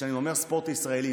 וכשאני אומר "ספורט ישראלי",